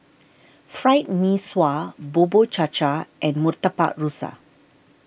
Fried Mee Sua Bubur Cha Cha and Murtabak Rusa